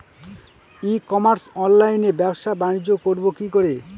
ই commerce অনলাইনে ব্যবসা বানিজ্য করব কি করে?